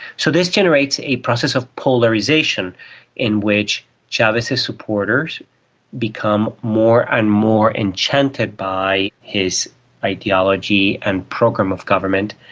so this generates a process of polarisation in which chavez's supporters become more and more enchanted by his ideology and program of government,